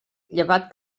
llevat